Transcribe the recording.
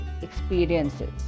experiences